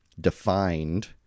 defined